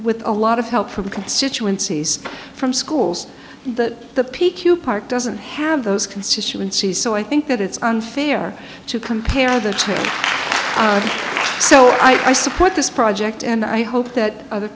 with a lot of help from constituencies from schools that the p q park doesn't have those constituencies so i think that it's unfair to compare the two so i support this project and i hope that other